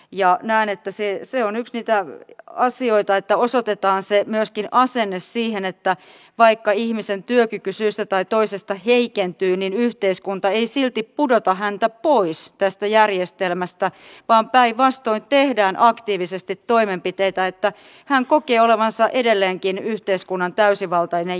ja näen että se on yksi niitä asioita että osoitetaan myöskin se asenne että vaikka ihmisen työkyky syystä tai toisesta heikentyy niin yhteiskunta ei silti pudota häntä pois tästä järjestelmästä vaan päinvastoin tehdään aktiivisesti toimenpiteitä että hän kokee olevansa edelleenkin yhteiskunnan täysivaltainen jäsen